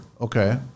Okay